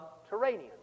subterranean